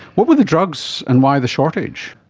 what were the drugs and why the shortage?